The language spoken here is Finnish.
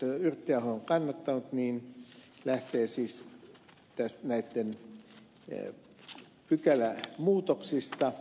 yrttiaho on kannattanut lähtee siis näitä koskevista pykälämuutoksista